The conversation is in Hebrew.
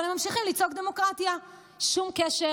אבל הם ממשיכים לצעוק "דמוקרטיה" שום קשר